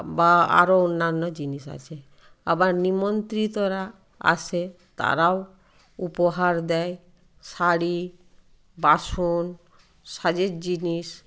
বা আরো অন্যান্য জিনিস আসে আবার নিমন্ত্রিতরা আসে তারাও উপহার দেয় শাড়ি বাসন সাজের জিনিস